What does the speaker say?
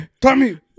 Tommy